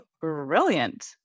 brilliant